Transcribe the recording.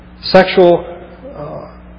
Sexual